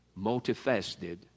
multifaceted